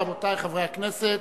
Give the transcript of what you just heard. רבותי חברי הכנסת,